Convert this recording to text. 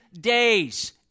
days